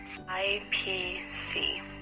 IPC